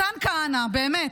מתן כהנא, באמת,